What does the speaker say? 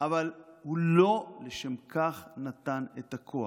אבל לא לשם כך הוא נתן את הכוח.